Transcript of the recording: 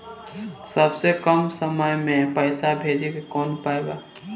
सबसे कम समय मे पैसा भेजे के कौन उपाय बा?